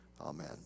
Amen